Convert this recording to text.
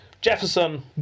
Jefferson